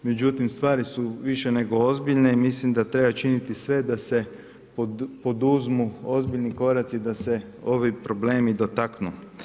Međutim, stvari su više nego ozbiljne i mislim da treba činiti sve da se poduzmu ozbiljni koraci, da se ovi problemi dotaknu.